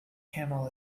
camel